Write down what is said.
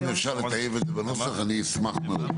אם אפשר לטייב את הנוסח אני אשמח מאוד.